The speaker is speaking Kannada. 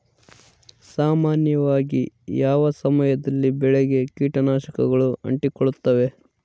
ಸಾಮಾನ್ಯವಾಗಿ ಯಾವ ಸಮಯದಲ್ಲಿ ಬೆಳೆಗೆ ಕೇಟನಾಶಕಗಳು ಅಂಟಿಕೊಳ್ಳುತ್ತವೆ?